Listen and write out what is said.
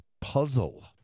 puzzle